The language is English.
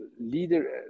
leader